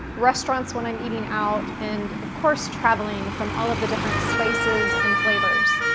restaurants when i'm eating out, and of course, traveling, from all of the different spices and flavors.